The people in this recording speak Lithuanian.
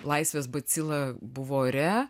laisvės bacila buvo ore